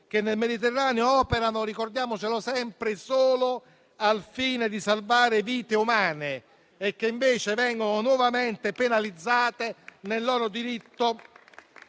che nel Mediterraneo operano - ricordiamolo sempre - solo al fine di salvare vite umane e che invece vengono nuovamente penalizzate nel loro diritto